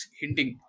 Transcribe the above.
hinting